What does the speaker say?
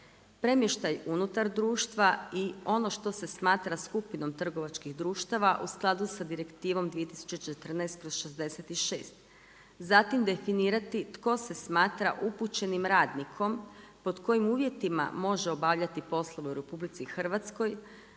premještaj unutar društva i ono što se smatra skupinom trgovačkih društava u skladu sa Direktivom 2014/66. Zatim definirati tko se smatra upućenim radnikom, pod kojim uvjetima može obavljati poslove u RH, zatim